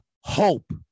hope